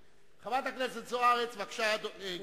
חברת הכנסת אורית זוארץ, בבקשה, גברתי.